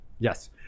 Yes